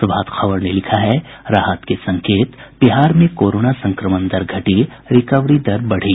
प्रभात खबर ने लिखा है राहत के संकेत बिहार में कोरोना संक्रमण दर घटी रिकवरी दर बढ़ी